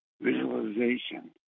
visualization